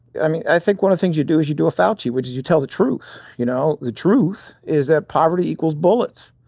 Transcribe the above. i mean, i think one of the things you do is you do a fauci, which is you tell the truth. you know, the truth is that poverty equals bullets.